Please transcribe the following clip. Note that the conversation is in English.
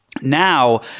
Now